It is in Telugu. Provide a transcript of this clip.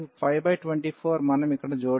కాబట్టి 524 మనం ఇక్కడ జోడించాలి